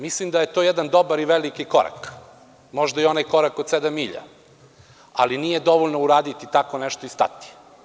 Mislim da je to jedan dobar i veliki korak, možda i onaj korak od sedam milja, ali nije dovoljno uraditi tako nešto i stati.